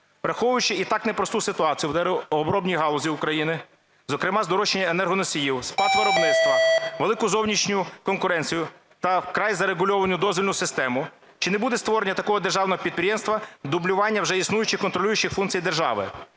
Враховуючи і так непросту ситуацію в деревообробній галузі України, зокрема здорожчання енергоносіїв, спад виробництва, велику зовнішню конкуренцію та вкрай зарегульовану дозвільну систему, чи не буде створення такого державного підприємства дублюванням вже існуючих контролюючих функцій держави?